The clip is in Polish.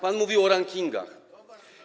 Pan mówił o rankingach.